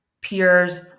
peers